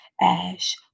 Ash